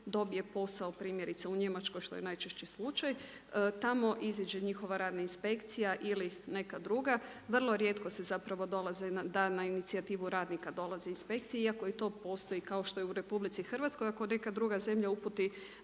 dobije posao primjerice u Njemačkoj, što je najčešći slučaj, tamo iziđe njihova radna inspekcija ili neka druga, vrlo rijetko se dolaze na inicijativu radnika inspekcija iako i to postoji kao što i u RH ako neka druga zemlja uputi